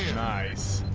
nice